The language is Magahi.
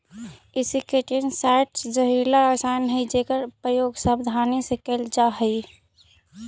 इंसेक्टिसाइट्स् जहरीला रसायन हई जेकर प्रयोग सावधानी से कैल जा हई